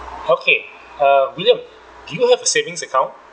okay uh william do you have a savings account